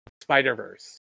Spider-Verse